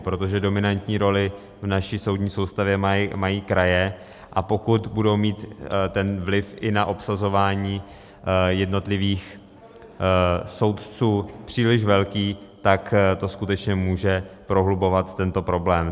Protože dominantní roli v naší soudní soustavě mají kraje, a pokud budou mít vliv i na obsazování jednotlivých soudců příliš velký, tak to skutečně může prohlubovat tento problém.